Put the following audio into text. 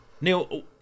Neil